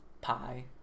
Pi